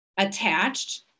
attached